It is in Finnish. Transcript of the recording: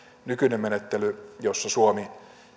nykyinen menettely jossa suomi